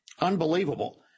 Unbelievable